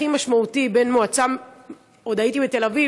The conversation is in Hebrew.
כנסת נכבדה,